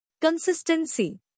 Consistency